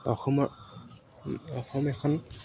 অসমৰ অসম এখন